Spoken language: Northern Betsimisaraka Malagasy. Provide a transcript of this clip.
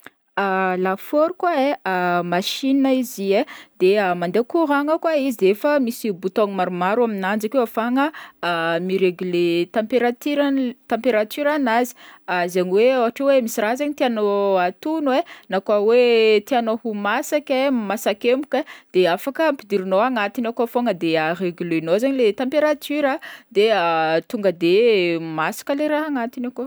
Lafaoro koa ai machine izy ai de mandeha courant-gna koa izy de efa misy bouton maromaro aminanjy akeo ahafahagna miregler température an'l- température anazy zegny hoe ôhatra hoe misy raha zegny tianao hatono ai na koa hoe tianao ho masaka ai masak'emboka ai de afaka ampidirinao agnatiny akao fogna de reglenao zegny le température a de tonga de masaka le raha agnatiny akao.